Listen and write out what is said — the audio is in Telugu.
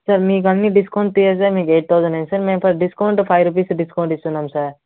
సార్ మీకన్నీ డిస్కౌంట్ తీసేయగా మీకు ఎయిట్ థౌజండ్ అయ్యింది సార్ మేము సార్ ఫైవ్ రూపీస్ డిస్కౌంట్ ఇస్తున్నాం సార్